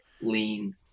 lean